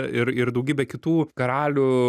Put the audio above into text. ir ir daugybė kitų karalių